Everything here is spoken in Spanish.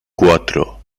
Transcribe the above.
cuatro